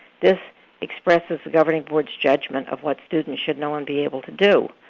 this expresses the governing board's judgment of what students should know and be able to do,